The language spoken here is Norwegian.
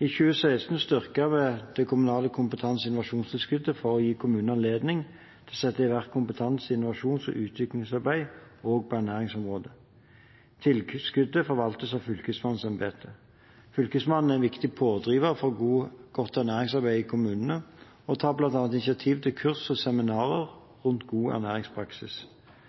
I 2016 styrket vi det kommunale kompetanse- og innovasjonstilskuddet for å gi kommunene anledning til å sette i verk kompetanse-, innovasjons- og utviklingsarbeid også på ernæringsområdet. Tilskuddet forvaltes av fylkesmannsembetene. Fylkesmannen er en viktig pådriver for godt ernæringsarbeid i kommunene og tar bl.a. initiativ til kurs og seminarer rundt god ernæringspraksis.